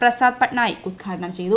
പ്രസാദ് പട്നായിക് ഉത്ഘാടനം ചെയ്തു